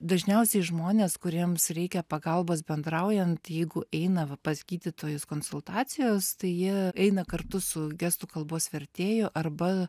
dažniausiai žmonės kuriems reikia pagalbos bendraujant jeigu eina va pas gydytojus konsultacijos tai jie eina kartu su gestų kalbos vertėju arba